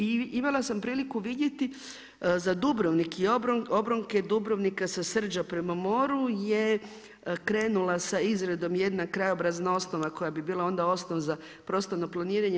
I imala sam priliku vidjeti za Dubrovnik i obronke Dubrovnika sa Srđa prema moru je krenula sa izradom jedna krajobrazna osnova koja bi bila onda osnov za prostorno planiranje.